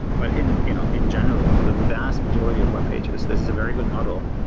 but in you know in general, for the vast majority of webpages, this is a very good model.